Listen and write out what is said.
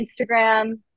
Instagram